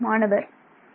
மாணவர் சரி